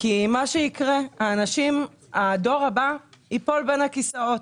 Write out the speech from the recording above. כי מה שיקרה, הדור הבא ייפול בין הכיסאות.